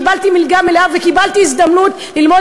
קיבלתי מלגה מלאה וקיבלתי הזדמנות ללמוד